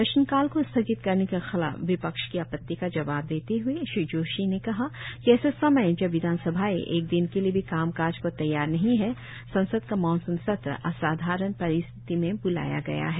प्रश्नकाल को स्थगित करने के खिलाफ विपक्ष की आपत्ति का जवाब देते हुए श्री जोशी ने कहा कि ऐसे समय जब विधानसभाएं एक दिन के लिए भी कामकाज को तैयार नहीं हैं संसद का मॉनसून सत्र असाधारण परिस्थिति में बुलाया गया है